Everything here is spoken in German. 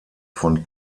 von